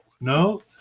No